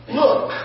look